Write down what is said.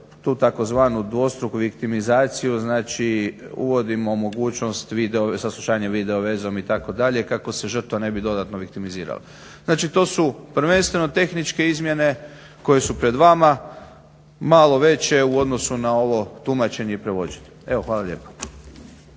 tu tzv. dvostruku viktimizaciju, znači uvodimo mogućnost saslušanja video vezom itd. kako se žrtva ne bi dodatno viktimizirala. Znači to su prvenstveno tehničke izmjene koje su pred vama, malo veće u odnosu na ovo tumačenje i prevođenje. Evo, hvala lijepa.